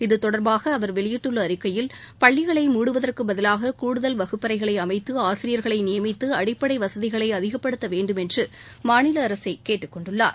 இதுதொடர்பாக அவர் வெளியிட்டுள்ள அறிக்கையில் பள்ளிகளை மூடுவதற்குப் பதிவாக கூடுதல் வகுப்பறைகளை அமைத்து ஆசிரியர்களை நியமித்து அடிப்படை வசதிகளை அதிகப்படுத்த வேண்டும் என்று மாநில அரசை கேட்டுக் கொண்டுள்ளார்